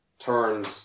turns